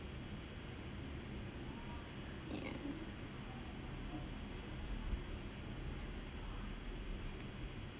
ya